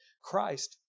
Christ